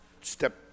step